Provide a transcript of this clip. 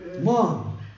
Mom